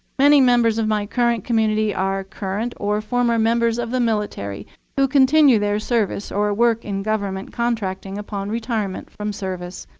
many members of my current community are current or former members of the military who continue their service or work in government contracting upon retirement from service.